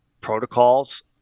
Protocols